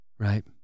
right